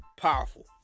powerful